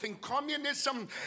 Communism